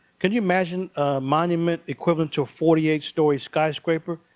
can you imagine a monument equivalent to a forty eight story skyscraper?